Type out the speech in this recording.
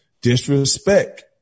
disrespect